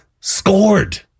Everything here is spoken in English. scored